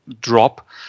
drop